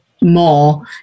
more